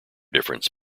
difference